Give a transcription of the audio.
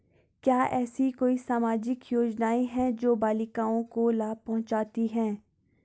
क्या ऐसी कोई सामाजिक योजनाएँ हैं जो बालिकाओं को लाभ पहुँचाती हैं?